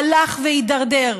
הלך והידרדר.